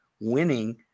winning